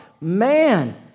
man